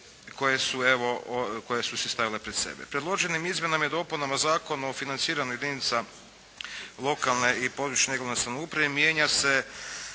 koje su si stavile pred sebe. Predloženim izmjenama i dopunama Zakona o financiranju jedinica lokalne i područne, regionalne samouprave mijenja se